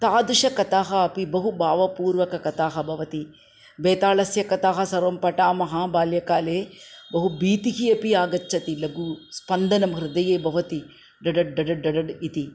तादृशकथाः अपि बहु भावपूर्वककथाः भवति वेतालस्य कथाः सर्वं पठामः बाल्यकाले बहु भीतिः अपि आगच्छति लघुः स्पन्दनं हृदये भवति डडड् डडड् डडड् इति